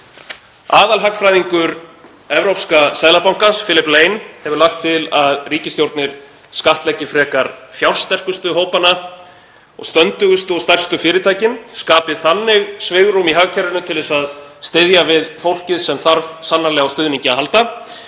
Aðalhagfræðingur Evrópska seðlabankans, Philip Lane, hefur lagt til að ríkisstjórnir skattleggi frekar fjársterkustu hópana og stöndugustu og stærstu fyrirtækin; skapi þannig svigrúm í hagkerfinu til að styðja við fólkið sem þarf sannarlega á stuðningi að halda.